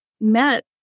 met